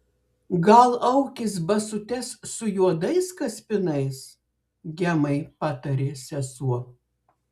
gal aukis basutes su juodais kaspinais gemai patarė sesuo